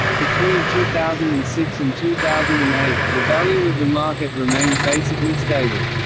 between two thousand and six and two thousand and eight, the value of the market remained basically stable.